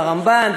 והרמב"ן,